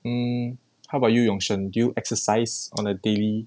mm how about you yong shen do you exercise on a daily